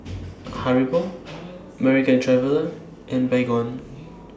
Haribo American Traveller and Baygon